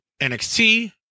NXT